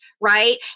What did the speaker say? right